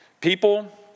People